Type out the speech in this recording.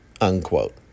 unquote